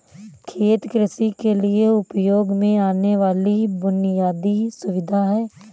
खेत कृषि के लिए उपयोग में आने वाली बुनयादी सुविधा है